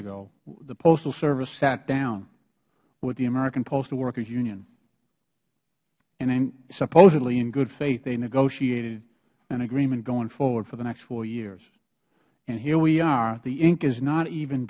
ago the postal service sat down with the american postal workers union and supposedly in good faith they negotiated an agreement going forward for the next four years and here we are the ink is not even